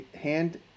Hand